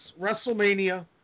WrestleMania